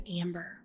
Amber